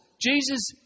Jesus